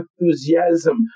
enthusiasm